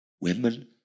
women